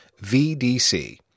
VDC